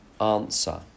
answer